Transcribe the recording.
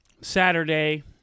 Saturday